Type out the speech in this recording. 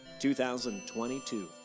2022